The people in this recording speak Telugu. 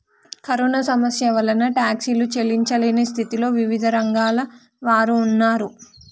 కరోనా సమస్య వలన టాక్సీలు చెల్లించలేని స్థితిలో వివిధ రంగాల వారు ఉన్నారు